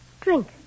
Drink